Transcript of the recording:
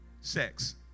sex